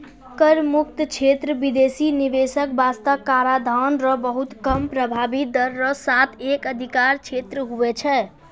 कर मुक्त क्षेत्र बिदेसी निवेशक बासतें कराधान रो बहुत कम प्रभाबी दर रो साथ एक अधिकार क्षेत्र हुवै छै